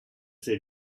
they